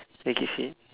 I give it